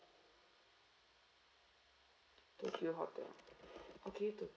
tokyo hotel okay good